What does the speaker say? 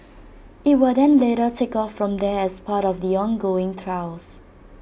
IT will then later take off from there as part of the ongoing trials